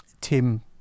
Tim